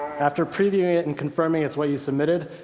after previewing it and confirming it's what you submitted,